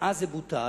ואז זה בוטל.